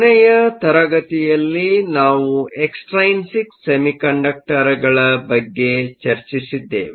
ಕೊನೆಯ ತರಗತಿಯಲ್ಲಿ ನಾವು ಎಕ್ಸ್ಟ್ರೈನಿಕ್ ಸೆಮಿಕಂಡಕ್ಟರ್ ಗಳ ಬಗ್ಗೆ ಚರ್ಚಿಸಿದ್ದೇವೆ